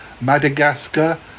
Madagascar